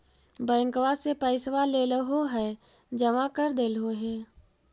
बैंकवा से पैसवा लेलहो है जमा कर देलहो हे?